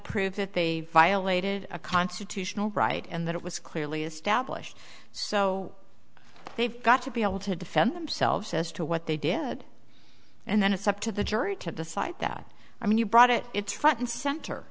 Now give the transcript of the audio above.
prove that they violated a constitutional right and that it was clearly established so they've got to be able to defend themselves as to what they did and then it's up to the jury to decide that i mean you brought it it's front and